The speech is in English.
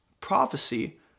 prophecy